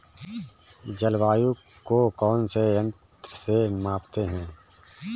जलवायु को कौन से यंत्र से मापते हैं?